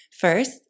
First